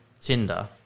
Tinder